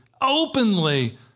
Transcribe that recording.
openly